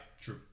true